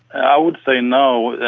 i would say no.